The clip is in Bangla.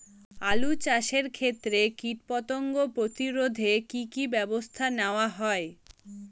আলু চাষের ক্ষত্রে কীটপতঙ্গ প্রতিরোধে কি কী ব্যবস্থা নেওয়া হয়?